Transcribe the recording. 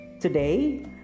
Today